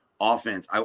offense